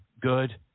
good